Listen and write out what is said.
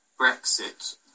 Brexit